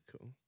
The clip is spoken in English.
Cool